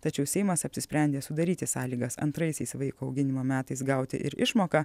tačiau seimas apsisprendė sudaryti sąlygas antraisiais vaiko auginimo metais gauti ir išmoką